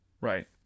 Right